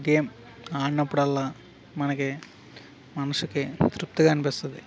game ఆడినప్పుడల్లా మనకి మనసుకి తృప్తిగా అనిపిస్తుంది